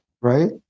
right